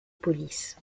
police